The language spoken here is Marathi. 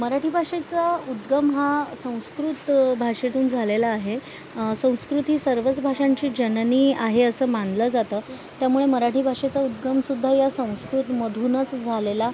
मराठी भाषेचा उद्गम हा संस्कृत भाषेतून झालेला आहे संस्कृत ही सर्वच भाषांची जननी आहे असं मानलं जातं त्यामुळे मराठी भाषेचा उद्गमसुद्धा या संस्कृतमधूनच झालेला